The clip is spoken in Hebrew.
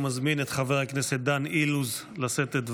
ומזמין את חבר הכנסת דן אילוז לשאת את דבריו,